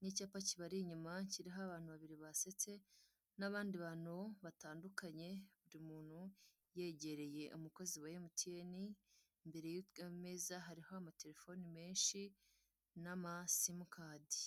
n'icyapa kibari inyuma kiriho abantu babiri basetse n'abandi bantu batandukanye, buri muntu yegereye umukozi wa MTN, imbere y'ameza hariho amatelefoni menshi n'amasimukadi.